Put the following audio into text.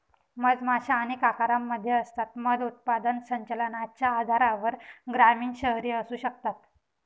मधमाशा अनेक आकारांमध्ये असतात, मध उत्पादन संचलनाच्या आधारावर ग्रामीण, शहरी असू शकतात